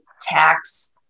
tax